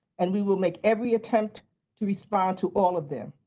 and we will make every attempt to respond to all of them.